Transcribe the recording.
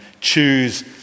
choose